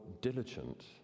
diligent